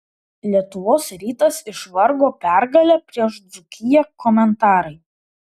lietuvos rytas išvargo pergalę prieš dzūkiją komentarai